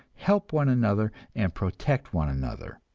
help one another and protect one another.